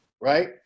right